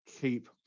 keep